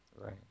Right